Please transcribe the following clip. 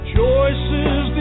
Choices